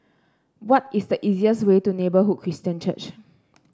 what is the easiest way to Neighbourhood Christian Church